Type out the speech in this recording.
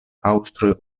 aŭstroj